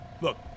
look